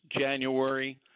January